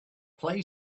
play